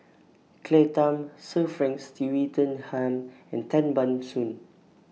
Claire Tham Sir Frank and Tan Ban Soon